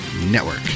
Network